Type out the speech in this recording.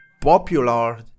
popular